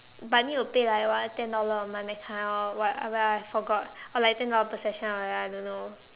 but need to pay like what ten dollar a month that kind or what I forgot or like ten dollar per session or like that I don't know